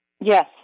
Yes